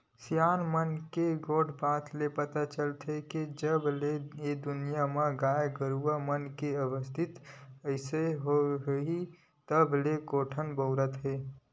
सियान मन के गोठ बात ले पता चलथे के जब ले ए दुनिया म गाय गरुवा मन के अस्तित्व आइस होही तब ले कोटना बउरात हे